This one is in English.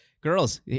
girls